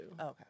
Okay